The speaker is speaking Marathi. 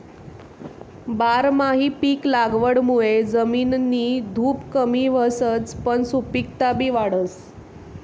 बारमाही पिक लागवडमुये जमिननी धुप कमी व्हसच पन सुपिकता बी वाढस